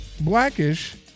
Blackish